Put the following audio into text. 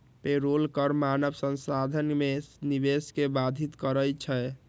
payroll कर मानव संसाधन में निवेश के बाधित करइ छै